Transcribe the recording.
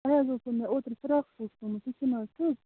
تۄہہِ حظ اوسُو مے اوترٕ فراک سوٗٹھ سُومُت تُہۍ چھُو نہ حظ تُہۍ